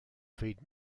feed